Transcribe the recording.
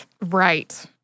Right